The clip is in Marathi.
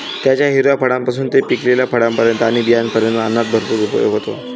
त्याच्या हिरव्या फळांपासून ते पिकलेल्या फळांपर्यंत आणि बियांपर्यंत अन्नात भरपूर उपयोग होतो